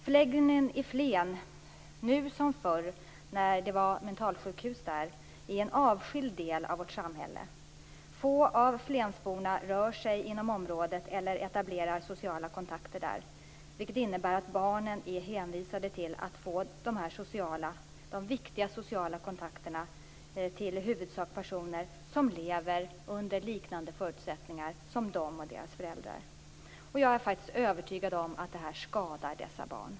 Förläggningen i Flen är nu, liksom förr när det var mentalsjukhus där, en avskild del av vårt samhälle. Få flensbor rör sig inom området eller etablerar sociala kontakter där, vilket innebär att barnen är hänvisade till att ha de viktiga sociala kontakterna i huvudsak med personer som lever under ungefär samma förutsättningar som de och deras föräldrar. Jag är faktiskt övertygad om att det här skadar dessa barn.